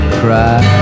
cry